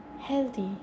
healthy